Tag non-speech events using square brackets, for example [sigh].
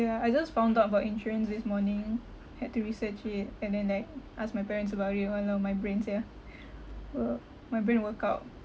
ya I just found out about insurance this morning had to research it and then like ask my parents about it all over my brains here [noise] my brain workout